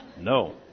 No